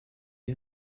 les